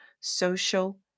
social